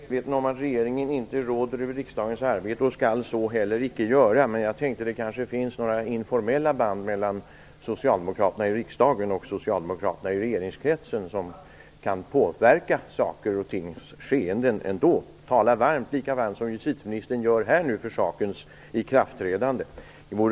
Herr talman! Jag är väl medveten om att regeringen inte råder över riksdagens arbete. Den skall så heller icke göra. Men jag tänkte att det kanske finns några informella band mellan socialdemokraterna i riksdagen och socialdemokraterna i regeringskretsen som kan påverka skeenden hos saker och ting ändå. Det vore kanske lämpligt att tala varmt, lika varmt som justitieministern gör nu, för lagens ikraftträdande.